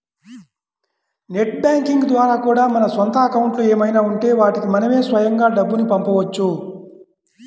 net banking ద్వారా కూడా మన సొంత అకౌంట్లు ఏమైనా ఉంటే వాటికి మనమే స్వయంగా డబ్బుని పంపవచ్చు